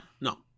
No